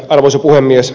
arvoisa puhemies